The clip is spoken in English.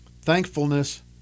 Thankfulness